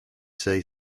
say